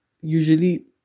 usually